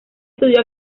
estudió